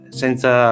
senza